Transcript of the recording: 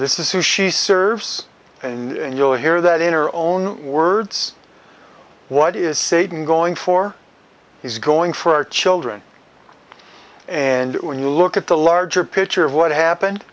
this is who she serves and you'll hear that in her own words what is satan going for he's going for our children and when you look at the larger picture of what happened